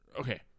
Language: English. okay